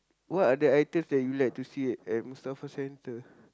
what are the items that you like to see at Mustafa-Centre